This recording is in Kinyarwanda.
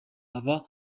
aba